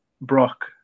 Brock